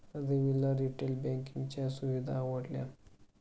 रविला रिटेल बँकिंगच्या सुविधा आवडल्या